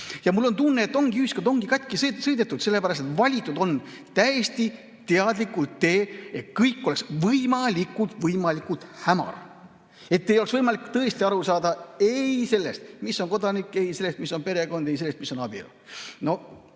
Mul on tunne, et ühiskond ongi katki sõidetud, sellepärast et valitud on täiesti teadlikult tee, et kõik oleks võimalikult hämar, et ei oleks võimalik aru saada ei sellest, kes on kodanik, ei sellest, mis on perekond, ega sellest, mis on abielu.